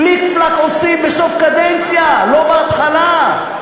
פליק-פלאק עושים בסוף קדנציה, לא בהתחלה.